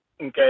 Okay